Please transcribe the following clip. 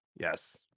Yes